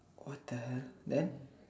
what the hell then